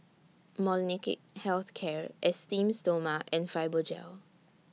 Molnylcke Health Care Esteem Stoma and Fibogel